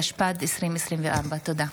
התשפ"ד 2024. תודה.